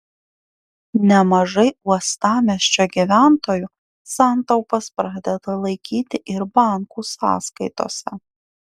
nemažai uostamiesčio gyventojų santaupas pradeda laikyti ir bankų sąskaitose